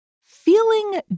Feeling